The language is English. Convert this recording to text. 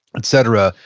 et cetera,